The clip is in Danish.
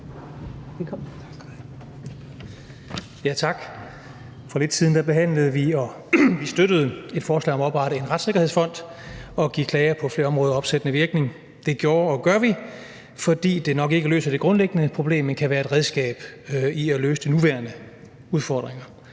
Tak. For lidt siden behandlede vi – og vi støttede – et forslag om om ny retssikkerhedsfond på handicapområdet og opsættende virkning ved klage. Det gjorde og gør vi, selv om det nok ikke løser det grundlæggende problem, men fordi det kan være et redskab til at løse de nuværende udfordringer,